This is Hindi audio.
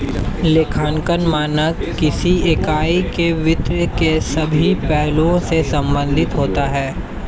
लेखांकन मानक किसी इकाई के वित्त के सभी पहलुओं से संबंधित होता है